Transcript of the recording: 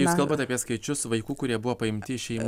jūs kalbant apie skaičius vaikų kurie buvo paimti iš šeimų